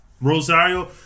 Rosario